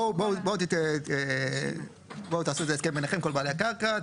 בואו תעשו איזה הסכם ביניכם כל בעלי הקרקע,